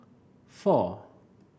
four